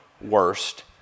worst